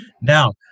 Now